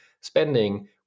spending